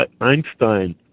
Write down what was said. Einstein